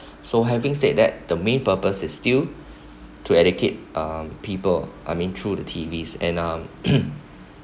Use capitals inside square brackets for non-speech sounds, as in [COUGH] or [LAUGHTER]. so having said that the main purpose is still to educate uh people I mean through the T_Vs and um [COUGHS]